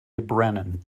brennan